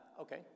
okay